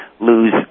lose